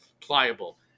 pliable